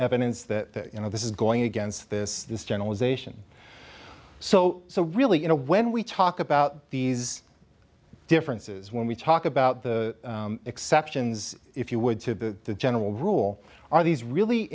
evidence that you know this is going against this this generalization so so really you know when we talk about these differences when we talk about the exceptions if you would to general rule are these really